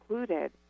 included